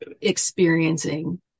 experiencing